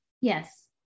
Yes